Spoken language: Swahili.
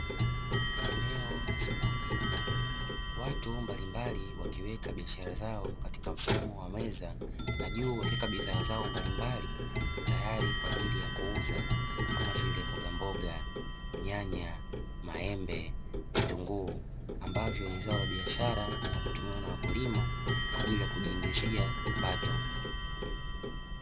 Eneo la sokoni; watu mbalimbali wakiweka biashara zao katika mfumo wa meza na juu wakiweka bidhaa zao mbalimbali tayari kwa ajili ya kuuza kama vile: mboga mboga, nyanya, maembe, vitunguu; ambavyo ni zao la biashara vinavyotumiwa na wakulima kwa ajili ya kujiingizia kipato.